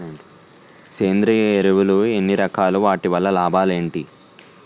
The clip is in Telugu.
సేంద్రీయ ఎరువులు ఎన్ని రకాలు? వాటి వల్ల లాభాలు ఏంటి?